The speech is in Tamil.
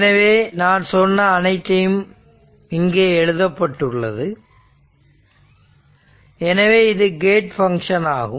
எனவே நான் சொன்ன அனைத்தும் இங்கே எழுதப்பட்டுள்ளது எனவே இது கேட் ஃபங்ஷன் ஆகும்